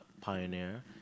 pioneer